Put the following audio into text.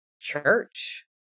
church